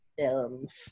films